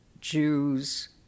Jews